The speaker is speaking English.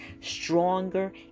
stronger